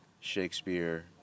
Shakespeare